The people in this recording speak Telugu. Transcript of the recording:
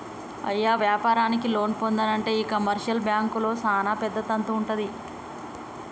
అయ్య వ్యాపారానికి లోన్లు పొందానంటే ఈ కమర్షియల్ బాంకుల్లో సానా పెద్ద తంతు వుంటది